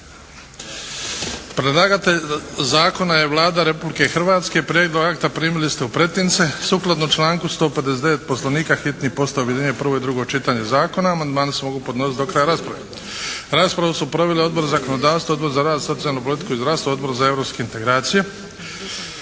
Predlagatelj zakona je Vlada Republike Hrvatske. Prijedlog akta primili ste u pretince. Sukladno članku 159. Poslovnika, hitni postupak objedinjuje prvo i drugo čitanje zakona. Amandmani se mogu podnositi do kraja rasprave. Raspravu su proveli: Odbor za zakonodavstvo, Odbor za rad, socijalnu politiku i zdravstvo, Odbor za europske integracije.